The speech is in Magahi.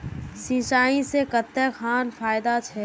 सिंचाई से कते खान फायदा छै?